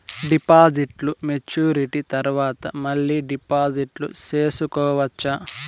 డిపాజిట్లు మెచ్యూరిటీ తర్వాత మళ్ళీ డిపాజిట్లు సేసుకోవచ్చా?